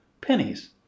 pennies